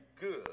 good